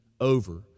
over